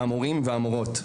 המורים והמורות.